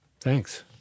Thanks